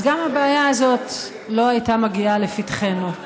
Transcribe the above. אז גם הבעיה הזאת לא הייתה מגיעה לפתחנו.